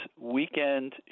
weekend